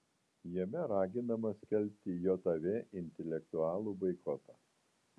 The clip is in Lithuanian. jame raginama skelbti jav intelektualų boikotą